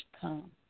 come